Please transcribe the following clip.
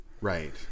Right